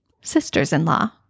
Sisters-in-law